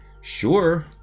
sure